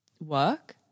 work